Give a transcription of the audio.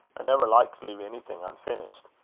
i never like to leave onything unfinished.